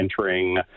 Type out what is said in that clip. entering